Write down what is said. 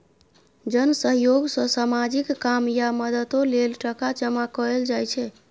जन सहयोग सँ सामाजिक काम या मदतो लेल टका जमा कएल जाइ छै